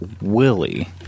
Willie